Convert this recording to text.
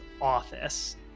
office